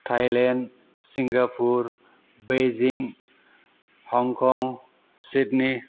Thailand Singapore Beijing Hong Kong Sydney